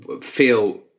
feel